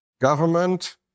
government